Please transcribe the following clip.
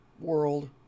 world